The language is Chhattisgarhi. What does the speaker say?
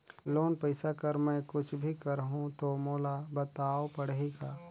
लोन पइसा कर मै कुछ भी करहु तो मोला बताव पड़ही का?